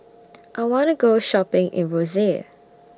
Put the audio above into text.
I want to Go Shopping in Roseau